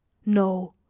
no,